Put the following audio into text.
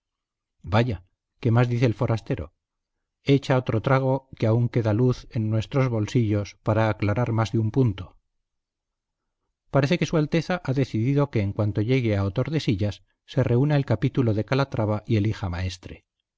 vaya qué más dice el forastero echa otro trago que aún queda luz en nuestros bolsillos para aclarar más de un punto parece que su alteza ha decidido que en cuanto llegue a otordesillas se reúna el capítulo de calatrava y elija maestre